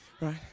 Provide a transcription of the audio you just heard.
Right